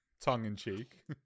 Tongue-in-cheek